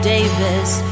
Davis